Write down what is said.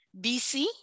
BC